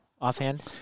offhand